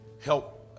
Help